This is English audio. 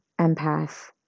empath